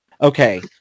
Okay